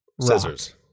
scissors